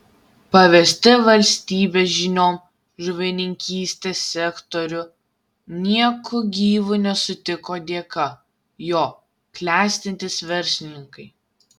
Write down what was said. pavesti valstybės žinion žuvininkystės sektorių nieku gyvu nesutiko dėka jo klestintys verslininkai